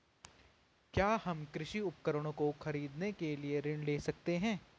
क्या हम कृषि उपकरणों को खरीदने के लिए ऋण ले सकते हैं?